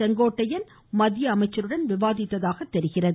செங்கோட்டையன் மத்திய அமைச்சருடன் விவாதித்ததாக தெரிகிறது